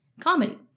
comedy